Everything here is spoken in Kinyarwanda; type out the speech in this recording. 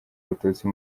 abatutsi